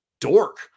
dork